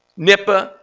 nipah,